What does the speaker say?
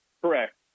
correct